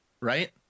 right